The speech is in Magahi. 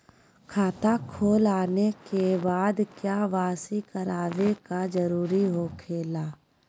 खाता खोल आने के बाद क्या बासी करावे का जरूरी हो खेला?